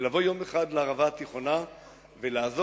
ולבוא יום אחד לערבה התיכונה ולעזור